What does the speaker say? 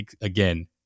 again